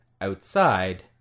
outside